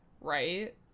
right